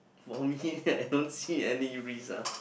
for me I don't see any risks ah